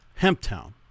Hemptown